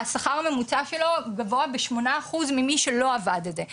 השכר הממוצע שלו גבוה בשמונה אחוז ממי שלא עבר את זה.